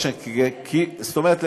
זאת אומרת,